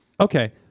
okay